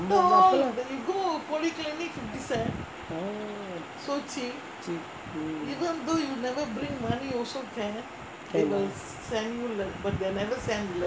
oh cheap can ah